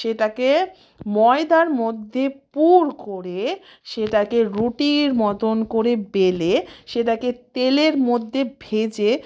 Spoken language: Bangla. সেটাকে ময়দার মধ্যে পুর করে সেটাকে রুটির মতন করে বেলে সেটাকে তেলের মধ্যে ভেজে